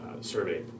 survey